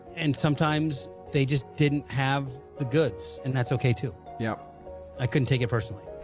and sometimes they just didn't have the goods and that's okay too. yeah i couldn't take it personally.